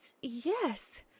Yes